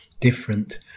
different